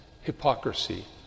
hypocrisy